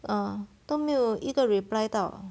ah 都没有一个 reply 到